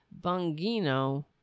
Bungino